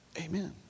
Amen